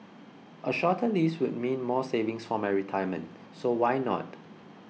a shorter lease would mean more savings for my retirement so why not